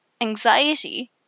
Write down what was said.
Anxiety